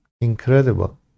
Incredible